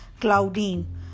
Claudine